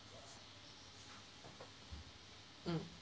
mm